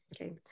okay